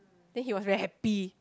then he was very happy